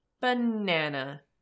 banana